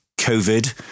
covid